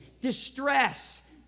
distress